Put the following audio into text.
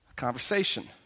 conversation